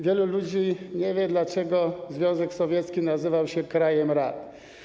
Wielu ludzi nie wie, dlaczego Związek Sowiecki nazywał się Krajem Rad.